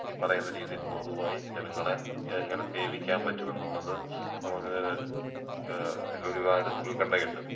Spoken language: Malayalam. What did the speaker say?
ഈ പറയുന്ന രീതിയിൽ പൊതുവായി ജനങ്ങളെ എങ്ങനെ സേവിക്കാൻ പറ്റുമെന്നുള്ളത് നമുക്ക് അതിൽ ഒരുപാട് ഉൽക്കണ്ഠയുണ്ട്